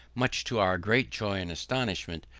much to our great joy and astonishment,